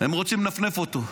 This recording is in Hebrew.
הם רוצים לנפנף אותו.